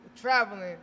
Traveling